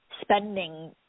spending